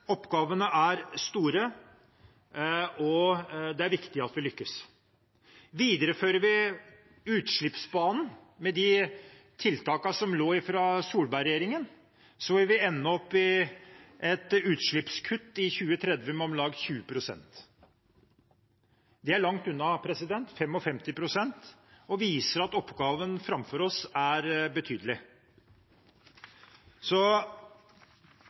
Oppgavene er store, og det er viktig at vi lykkes. Viderefører vi utslippsbanen med de tiltakene som lå fra Solberg-regjeringen, vil vi ende opp med et utslippskutt i 2030 på om lag 20 pst. Det er langt unna 55 pst. og viser at oppgaven framfor oss er betydelig.